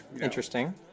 Interesting